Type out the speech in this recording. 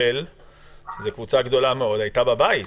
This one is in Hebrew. שהיא קבוצה גדולה מאוד,